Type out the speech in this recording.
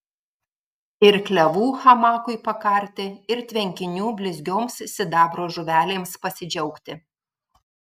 ir klevų hamakui pakarti ir tvenkinių blizgioms sidabro žuvelėms pasidžiaugti